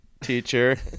teacher